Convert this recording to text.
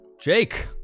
Jake